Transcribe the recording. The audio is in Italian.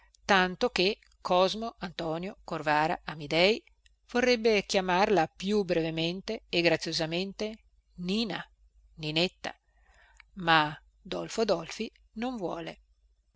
tanto che cosmo antonio corvara amidei vorrebbe chiamarla più brevemente e graziosamente nina ninetta ma dolfo dolfi non vuole